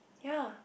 ya